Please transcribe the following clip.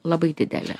labai dideli